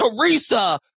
Teresa